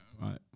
Right